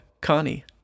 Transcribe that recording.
Connie